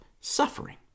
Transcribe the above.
suffering